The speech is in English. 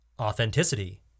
Authenticity